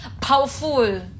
powerful